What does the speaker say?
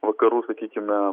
vakarų sakykime